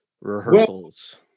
rehearsals